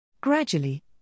Gradually